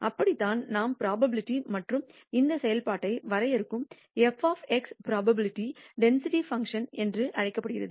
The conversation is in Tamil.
அப்படித்தான் நாம் புரோபாபிலிடி மற்றும் இந்த செயல்பாட்டை வரையறுக்கும் f புரோபாபிலிடி டென்சிட்டி பங்க்ஷன் என்று அழைக்கப்படுகிறது